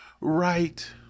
right